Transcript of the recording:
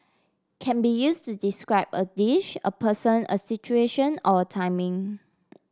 can be used to describe a dish a person a situation or a timing